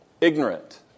ignorant